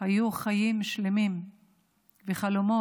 היו חיים שלמים וחלומות